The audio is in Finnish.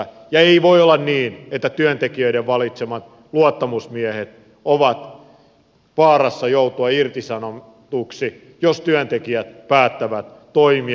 ja ei voi olla niin että työntekijöiden valitsemat luottamusmiehet ovat vaarassa joutua irtisanotuiksi jos työntekijät päättävät toimia